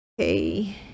okay